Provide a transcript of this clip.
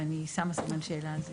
ואני שמה סימן שאלה על זה.